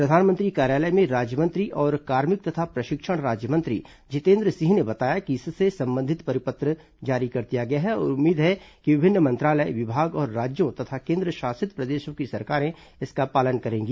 प्रधानमंत्री कार्यालय में राज्यमंत्री और कार्मिक तथा प्रशिक्षण राज्य मंत्री जितेन्द्र सिंह ने बताया कि इससे संबंधित परिपत्र जारी कर दिया गया है और उम्मीद है कि विभिन्न मंत्रालय विभाग और राज्यों तथा केन्द्र शासित प्रदेशों की सरकारें इसका पालन करेंगी